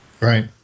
Right